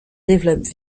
développe